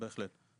בהחלט.